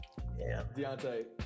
Deontay